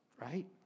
Right